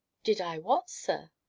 did i what, sir?